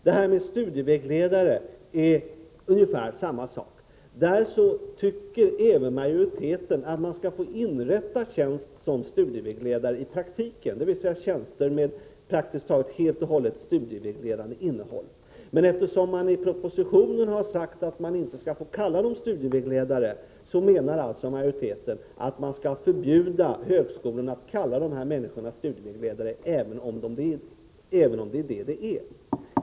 Detsamma gäller frågan om studievägledare. Där tycker majoriteten att man skall få inrätta tjänster som studievägledare i praktiken, dvs. tjänster med praktiskt taget helt och hållet studievägledande innehåll. Men eftersom det i propositionen har sagts att man inte skall få kalla studievägledare för studievägledare, menar alltså majoriteten att man skall förbjuda högskolorna att kalla dessa människor för studievägledare, även om det är vad de är.